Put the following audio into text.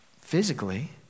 physically